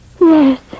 Yes